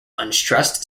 unstressed